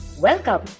Welcome